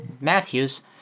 Matthews